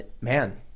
man